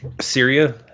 Syria